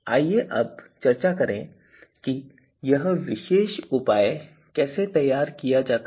आइए अब चर्चा करें कि यह विशेष उपाय कैसे तैयार किया जाता है